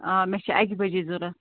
آ مےٚ چھِ اَکہِ بَجے ضوٚرَتھ